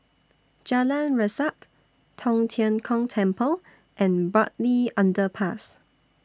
Jalan Resak Tong Tien Kung Temple and Bartley Underpass